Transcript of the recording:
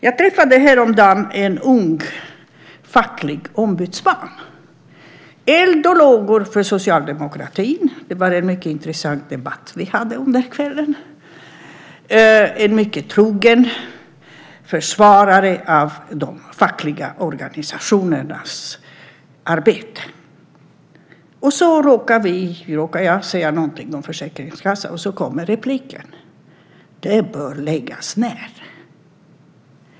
Jag träffade häromdagen en ung facklig ombudsman som var eld och lågor för socialdemokratin. Det var en mycket intressant debatt som vi hade den kvällen. Det var en mycket trogen försvarare av de fackliga organisationernas arbete. Så råkade jag säga någonting om Försäkringskassan, och då kom repliken: Den bör läggas ned.